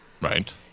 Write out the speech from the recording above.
Right